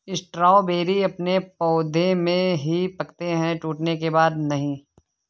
strawberry अपने पौधे में ही पकते है टूटने के बाद नहीं